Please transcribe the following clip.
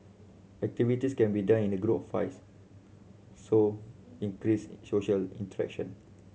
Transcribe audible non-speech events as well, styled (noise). activities can be done in the group (unintelligible) so increases social interaction